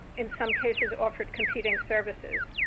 in some cases, offered computing services.